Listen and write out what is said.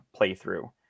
playthrough